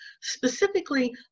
specifically